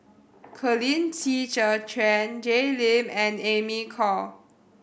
Colin Qi Zhe Quan Jay Lim and Amy Khor